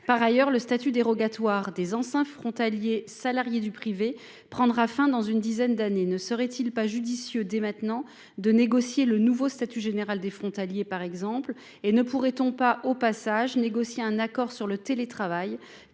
Par ailleurs, le statut dérogatoire des anciens frontaliers salariés du privé prendra fin dans une dizaine d'années. Ne serait-il pas judicieux de négocier dès maintenant le nouveau statut général des frontaliers ? Et ne pourrait-on pas, au passage, négocier un accord sur le télétravail ?